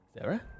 Sarah